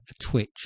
Twitch